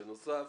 בנוסף,